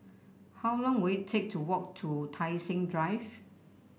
how long will it take to walk to Tai Seng Drive